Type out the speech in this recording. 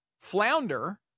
flounder